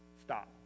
Stop